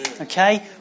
Okay